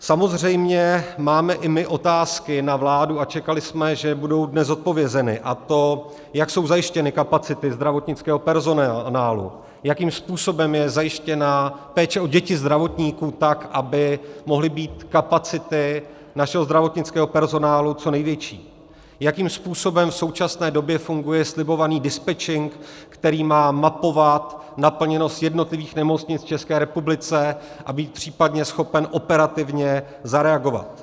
Samozřejmě máme i my otázky na vládu a čekali jsme, že budou dnes zodpovězeny, a to, jak jsou zajištěny kapacity zdravotnického personálu, jakým způsobem je zajištěna péče o děti zdravotníků, tak aby mohly být kapacity našeho zdravotnického personálu co největší, jakým způsobem v současné době funguje slibovaný dispečink, který má mapovat naplněnost jednotlivých nemocnic v České republice a být případně schopen operativně zareagovat.